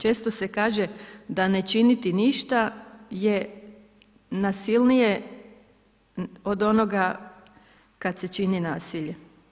Često se kaže da ne činiti ništa je nasilnije od onoga kad se čini nasilje.